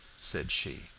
said she.